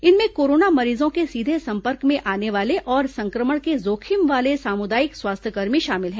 इनमें कोरोना मरीजों के सीधे संपर्क में आने वाले और संक्रमण के जोखिम वाले सामुदायिक स्वास्थ्यकर्मी शामिल हैं